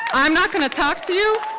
i'm not going to talk to you,